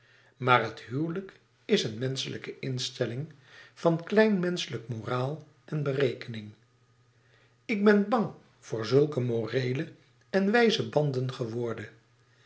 maar het huwelijk is een menschelijke instelling van klein menschelijke moraal en berekening en ik ben bang voor zulke moreele en wijze banden geworden